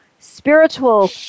spiritual